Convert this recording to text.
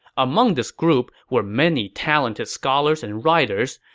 among this group were many talented scholars and writers,